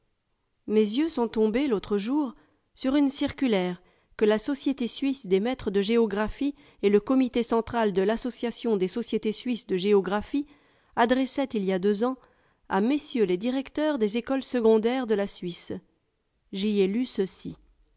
mes yeux sont lombes l'autre jour sur une circulaire que la société suisse des maîtres de géographie et le comité central de l'association des sociétés suisses de géographie adressaient il y a deux ans à messieurs les directeurs des écoles secondaires de la suisse j'y ai lu ceci